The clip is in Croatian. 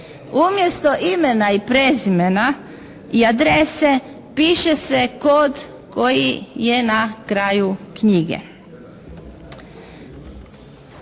Umjesto imena i prezimena i adrese piše se kod koji je na kraju knjige.